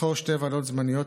לבחור שתי ועדות זמניות,